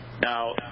Now